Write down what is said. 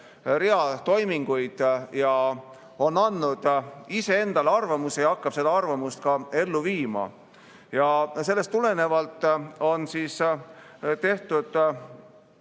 rea toiminguid, on andnud ise endale arvamuse ja hakkab seda arvamust ka ellu viima. Sellest tulenevalt on tehtud